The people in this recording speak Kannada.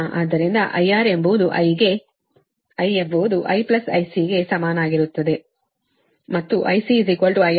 ಆದ್ದರಿಂದ IR ಎಂಬುದು Iಗೆ I ಎಂಬುದು I IC ಸಮನಾಗಿರುತ್ತದೆ ಮತ್ತು IC IR - I ಆಗಿದೆ